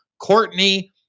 courtney